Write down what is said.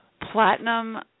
platinum